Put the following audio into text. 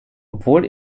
obwohl